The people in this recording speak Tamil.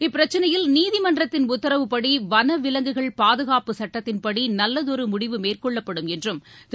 இப்பிரச்சினையில் நீதிமன்றத்தின் உத்தரவுப்படி வன விலங்குகள் பாதுகாப்புச் சுட்டத்தின்படி நல்லதொரு முடிவு மேற்கொள்ளப்படும் என்றும் திரு